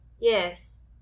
yes